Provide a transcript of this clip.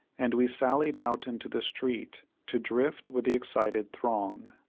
and we sallied out into the street to drift with the excited throng.